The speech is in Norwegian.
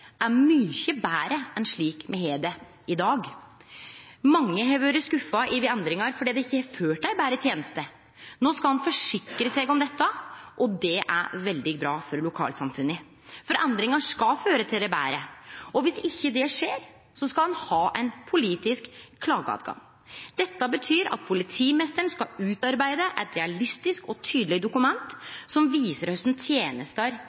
er mykje betre enn slik me har det i dag. Mange har vore skuffa over endringar fordi dei ikkje har ført til ei betre teneste. Nå skal ein forsikre seg om dette, og det er veldig bra for lokalsamfunna. For endringar skal føre til det betre, og om ikkje det skjer, så skal ein ha ein politisk klagerett. Dette betyr at politimeisteren skal utarbeide eit realistisk og tydeleg dokument som viser kva tenester